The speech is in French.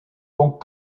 donc